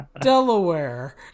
Delaware